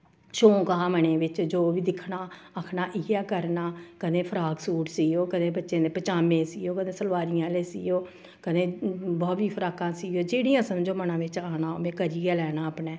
शौंक हा मनै बिच जो बी दिक्खना आखना इ'यै करना कदें फ्रॉक सूट सीयो कदें बच्चें दे पज़ामे सीयो कदें सलबारियां सीयो कदें बॉबी फ्रॉकां सीयो जेह्ड़ियां समझो मना बिच आना में करी गै लैना अपने